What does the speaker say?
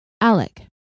Alec